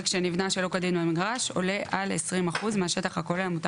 שנבנה שלא כדין במגרש עולה על 25% מהשטח הכולל המותר